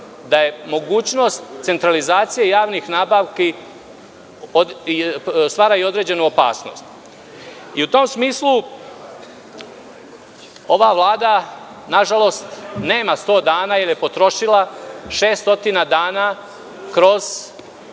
da je mogućnost centralizacije javnih nabavki stvara i određenu opasnost. U tom smislu ova Vlada na žalost nema 100 dana jer je potrošila 600 dana kroz